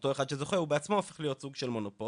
אותו אחד שזוכה הוא בעצמו הופך להיות סוג של מונופול,